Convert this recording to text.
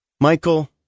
Michael